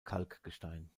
kalkgestein